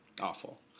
Awful